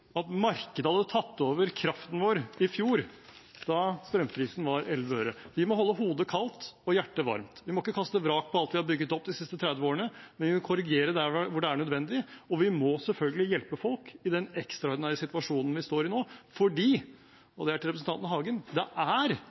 at markedet hadde tatt over kraften vår i fjor da strømprisen var 11 øre. Vi må holde hodet kaldt og hjertet varmt, vi må ikke kaste vrak på alt vi har bygget opp de siste 30 årene, men vi må korrigere der det er nødvendig, og vi må selvfølgelig hjelpe folk i den ekstraordinære situasjonen vi står i nå, fordi – og det er til representanten Hagen – det er